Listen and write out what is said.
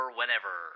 whenever